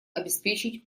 обеспечить